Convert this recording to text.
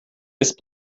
ist